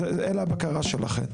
אלה הבקרה שלכם.